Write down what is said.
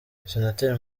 senateri